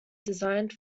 designed